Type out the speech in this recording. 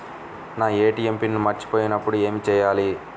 నా ATM pin మర్చిపోయినప్పుడు ఏమి చేయాలి?